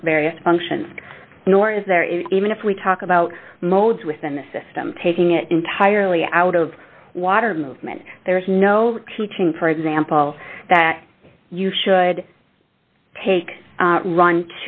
funny various functions nor is there is even if we talk about modes within the system taking it entirely out of water movement there is no teaching for example that you should pake